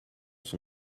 son